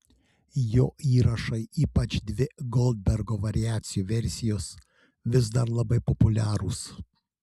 jo įrašai ypač dvi goldbergo variacijų versijos vis dar labai populiarūs